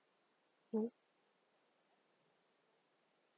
mm